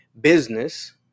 business